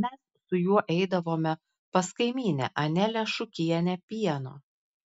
mes su juo eidavome pas kaimynę anelę šukienę pieno